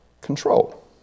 control